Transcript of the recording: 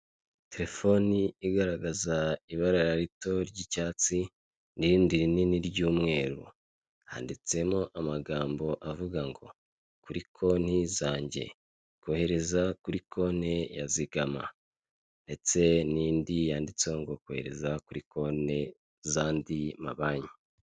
Telefoni igaragaza ibarara rito ry'icyatsi, n'irindi rinini ry'umweru, handitsemo amagambo avuga ngo : kuri konti zanjye : kohereza kuri konti ya zigama, ndetse n'indi yanditseho ngo kohereza kuri konti z'andi mabanki.